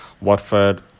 Watford